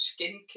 skincare